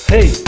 Hey